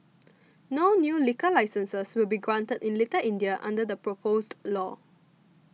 no new liquor licences will be granted in Little India under the proposed law